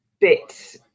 bit